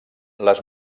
les